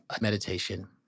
meditation